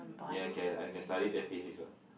ya can I can study that physics lah